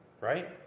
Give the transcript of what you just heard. Right